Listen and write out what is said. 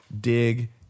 dig